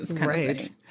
Right